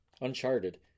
Uncharted